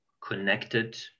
connected